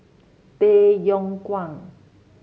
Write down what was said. Tay Yong Kwang